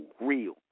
real